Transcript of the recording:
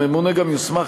הממונה גם יוסמך,